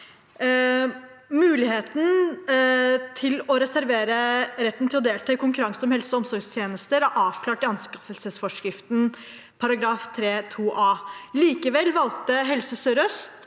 til ideelle organisasjoner retten til å delta i konkurranse om helse- og sosialtjenester er avklart i anskaffelsesforskriften § 30-2a. Likevel valgte Helse Sør-Øst